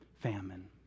famine